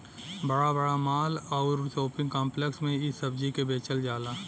बड़ा बड़ा माल आउर शोपिंग काम्प्लेक्स में इ सब्जी के बेचल जाला